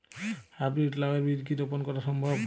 High breed লাও এর বীজ কি রোপন করা সম্ভব?